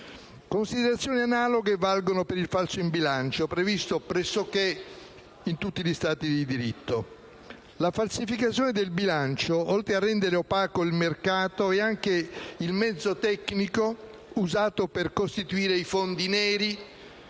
Considerazioni analoghe valgono per il falso in bilancio, previsto pressoché in tutti gli Stati di diritto. La falsificazione del bilancio, oltre a rendere opaco il mercato, è anche il mezzo tecnico usato per costituire i fondi neri,